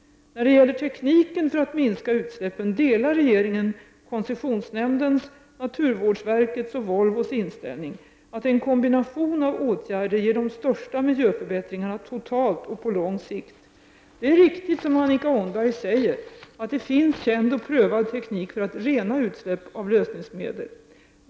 När det gäller tekniken för att minska utsläppen delar regeringen koncessionsnämndens, naturvårdsverkets och Volvos inställning att en kombination av åtgärder ger de största miljöförbättringarna totalt och på lång sikt. Det är riktigt som Annika Åhnberg säger att det finns känd och prövad teknik för att rena utsläpp av lösningsmedel.